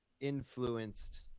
influenced